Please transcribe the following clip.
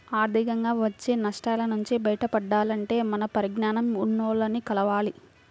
ఆర్థికంగా వచ్చే నష్టాల నుంచి బయటపడాలంటే మంచి పరిజ్ఞానం ఉన్నోల్లని కలవాలి